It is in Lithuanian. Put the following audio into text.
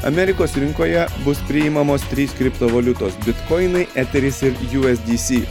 amerikos rinkoje bus priimamos trys kriptovaliutos bitkoinai eteris ir ju es di si